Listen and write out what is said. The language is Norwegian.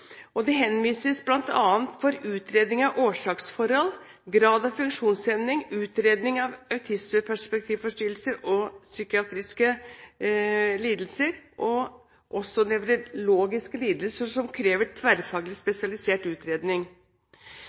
henvises bl.a. for utredninger av årsaksforhold, grad av funksjonshemning, utredning av autismespekterforstyrrelser og psykiatriske og nevrologiske lidelser som krever tverrfaglig spesialisert utredning.